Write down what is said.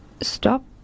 stop